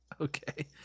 Okay